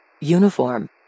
Uniform